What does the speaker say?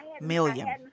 million